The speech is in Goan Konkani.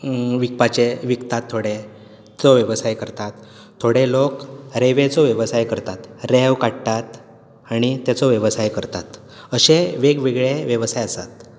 विकपाचें विकतात थोडे तो वेवसाय करतात थोडे लोक रेंवेचो वेवसाय करतात रेंव काडटात आनी ताचो वेवसाय करतात अशे वेगवेगळे वेवसाय आसात